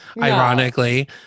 ironically